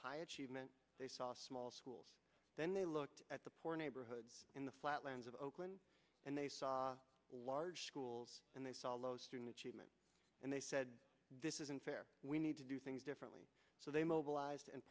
h achievement they saw small schools then they looked at the poor neighborhoods in the flatlands of oakland and they saw large schools and they saw low student achievement and they said this is unfair we need to do things differently so they mobilized and